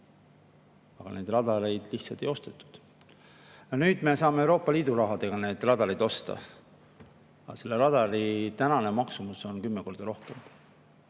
aga neid radareid lihtsalt ei ostetud. Nüüd me saame Euroopa Liidu rahaga need radarid osta, aga radari tänane maksumus on kümme korda rohkem.